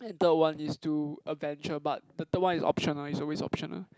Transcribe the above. and third one is to adventure but the third one is optional is always optional